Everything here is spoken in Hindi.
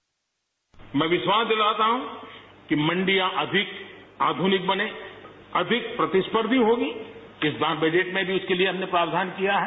बाइट मैं विश्वास दिलाता हूं कि मंडियां अधिक आधुनिक बने अधिक प्रतिस्पर्धी होगी किसान बजट में भी उसके लिए हमने प्रावधान किया है